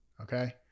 Okay